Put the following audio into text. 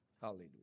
Hallelujah